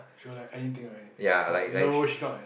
she will like anything lah anything but no she's not like that